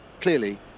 clearly